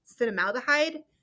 cinnamaldehyde